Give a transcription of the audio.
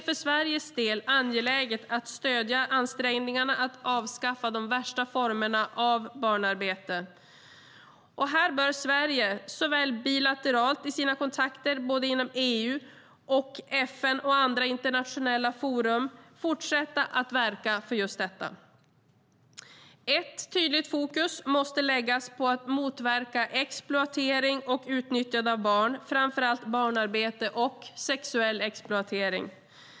För Sveriges del är det angeläget att stödja ansträngningarna att avskaffa de värsta formerna av barnarbete. Här bör Sverige såväl bilateralt som i sina kontakter inom EU och FN och i andra internationella forum fortsätta att verka för just detta. Ett tydligt fokus måste läggas på att motverka exploatering och utnyttjande barn. Det gäller framför allt barnarbete och sexuell exploatering.